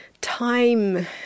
time